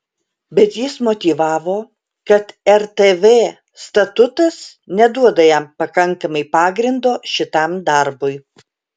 bet jis motyvavo kad rtv statutas neduoda jam pakankamai pagrindo šitam darbui